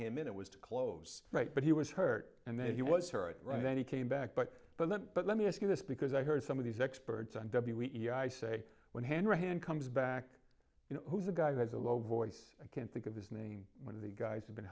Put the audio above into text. him in it was to close right but he was hurt and then he was hurt right then he came back but but but let me ask you this because i heard some of these experts and i say when hanrahan comes back you know who's the guy who has a low voice i can't think of his name one of the guys have been